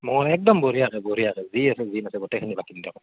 মই একদম বঢ়িয়াকৈ বঢ়িয়াকৈ যি আছে যি নাছে গোটেইখিনি পাতিম দিয়ক